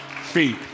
feet